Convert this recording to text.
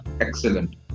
excellent